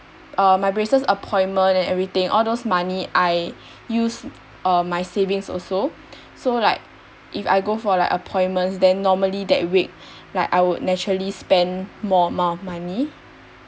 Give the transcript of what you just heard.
uh my braces appointment and everything all those money I use uh my savings also so like if like go for like appointments then normally that week like I would naturally spend more amount of money